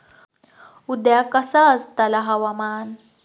उद्या कसा आसतला हवामान?